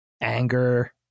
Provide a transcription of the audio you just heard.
anger